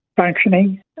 functioning